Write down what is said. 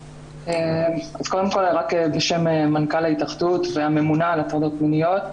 קודם כל רק בשם מנכ"ל ההתאחדות והממונה על הטרדות מיניות,